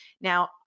now